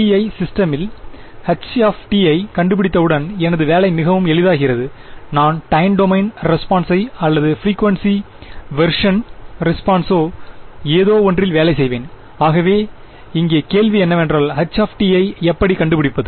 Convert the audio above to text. ஐ சிஸ்டமில் h ஐ கண்டுபிடித்தவுடன் எனது வேலை மிகவும் எளிதாகிறது நான் டைம் டொமைன் ரெஸ்பான்சோ அல்லது பிரிகுவேன்சி வெர்ஷன் ரெஸ்பான்சோ ஏதோ ஒன்றில் வேலை செய்வேன் ஆகவே இங்கே கேள்வி என்னவென்றால் h ஐ எப்படி கண்டுபிடிப்பது